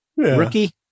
rookie